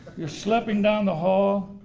you're slipping down the hall.